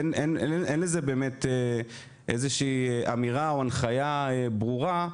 אין לזה באמת איזושהי אמירה או הנחיה ברורה,